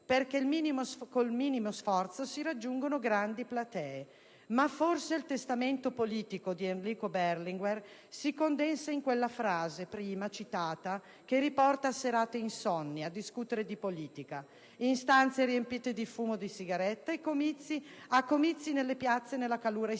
perché con il minimo sforzo si raggiungono grandi platee. Ma forse il testamento politico di Enrico Berlinguer si condensa nella frase prima citata, che riporta a serate insonni a discutere di politica in stanze riempite di fumo di sigarette, a comizi nelle piazze nella calura estiva,